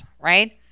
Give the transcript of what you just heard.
Right